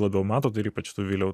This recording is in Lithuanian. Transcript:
labiau matot ir ypač tu viliau